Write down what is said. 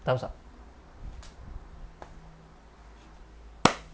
time's up